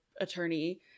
attorney